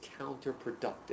counterproductive